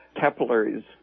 capillaries